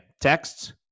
texts